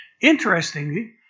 Interestingly